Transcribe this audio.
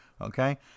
okay